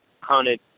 hunted